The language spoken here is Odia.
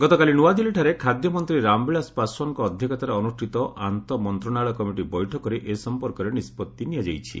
ଗତକାଲି ନୂଆଦିଲ୍ଲୀଠାରେ ଖାଦ୍ୟ ମନ୍ତ୍ରୀ ରାମବିଳାଶ ପାଶୱାନ୍ଙ୍କ ଅଧ୍ୟକ୍ଷତାରେ ଅନୁଷ୍ଠିତ ଆନ୍ତଃ ମନ୍ତ୍ରଣାଳୟ କମିଟି ବୈଠକରେ ଏ ସମ୍ପର୍କରେ ନିଷ୍ପଭି ନିଆଯାଇଛି